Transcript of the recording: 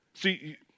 See